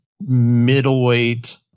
middleweight